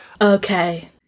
Okay